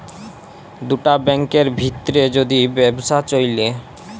দুটা ব্যাংকের ভিত্রে যদি ব্যবসা চ্যলে